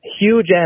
huge